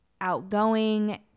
outgoing